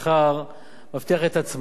מבטיח את הצמדת השכר,